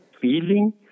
feeling